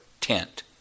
tent